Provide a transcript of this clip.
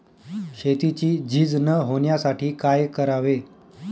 शेतीची झीज न होण्यासाठी काय करावे?